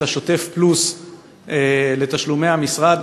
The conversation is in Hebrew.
את השוטף-פלוס לתשלומי המשרד,